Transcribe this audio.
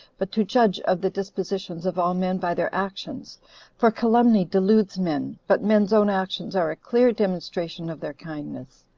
but to judge of the dispositions of all men by their actions for calumny deludes men, but men's own actions are a clear demonstration of their kindness.